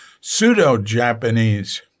pseudo-Japanese